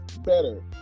better